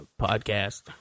podcast